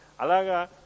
Alaga